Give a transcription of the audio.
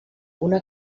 una